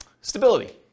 stability